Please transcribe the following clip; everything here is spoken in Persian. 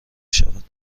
شود